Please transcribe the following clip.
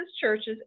churches